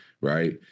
right